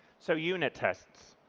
so unit tests.